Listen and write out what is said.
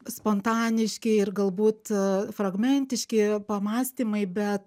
spontaniški ir galbūt e fragmentiški pamąstymai bet